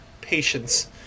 patience